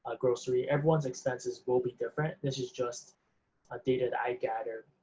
ah grocery, everyone's expenses will be different, this is just data that i gathered